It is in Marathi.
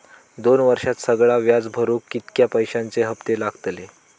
दोन वर्षात सगळा व्याज भरुक कितक्या पैश्यांचे हप्ते लागतले?